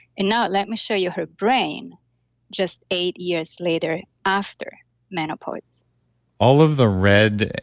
and now let me show you her brain just eight years later after menopause all of the red,